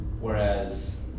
Whereas